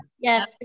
Yes